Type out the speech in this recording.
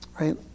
Right